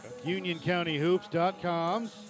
UnionCountyHoops.com